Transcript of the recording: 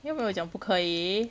要不然我讲不可以